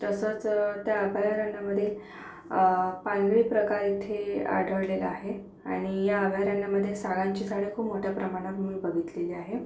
तसंच त्या अभयारण्यामध्ये पांढरी प्रका इथे आढळलेला आहे आणि या अभयारण्यामध्ये सागांची झाडं खूप मोठ्या प्रमाणात मी बघितलेली आहे